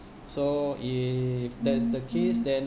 so if that's the case then